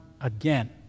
again